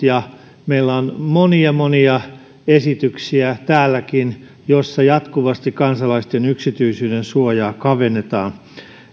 meillä on monia monia esityksiä täälläkin joissa jatkuvasti kansalaisten yksityisyyden suojaa kavennetaan